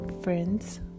friends